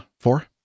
four